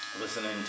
listening